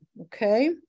Okay